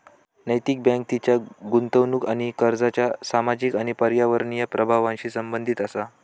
नैतिक बँक तिच्या गुंतवणूक आणि कर्जाच्या सामाजिक आणि पर्यावरणीय प्रभावांशी संबंधित असा